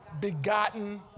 begotten